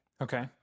Okay